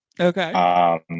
Okay